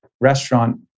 restaurant